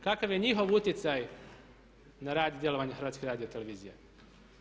Kakav je njihov utjecaj na rad djelovanja HRT-a?